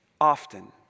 often